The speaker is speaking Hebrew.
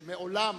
שמעולם